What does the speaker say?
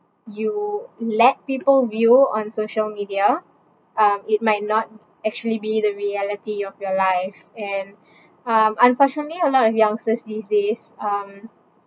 you let people view on social media um it might not actually be the reality of your life and um unfortunately a lot of youngsters these days um